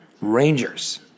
Rangers